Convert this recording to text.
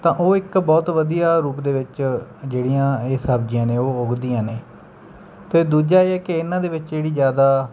ਤਾਂ ਉਹ ਇੱਕ ਬਹੁਤ ਵਧੀਆ ਰੂਪ ਦੇ ਵਿੱਚ ਜਿਹੜੀਆਂ ਇਹ ਸਬਜ਼ੀਆਂ ਨੇ ਉਹ ਉੱਗਦੀਆਂ ਨੇ ਅਤੇ ਦੂਜਾ ਇਹ ਕਿ ਇਹਨਾਂ ਦੇ ਵਿੱਚ ਜਿਹੜੀ ਜ਼ਿਆਦਾ